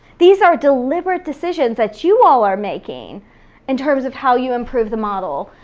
these are deliberate decisions that you all are making in terms of how you improve the model.